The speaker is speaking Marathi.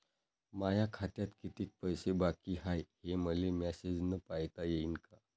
माया खात्यात कितीक पैसे बाकी हाय, हे मले मॅसेजन पायता येईन का?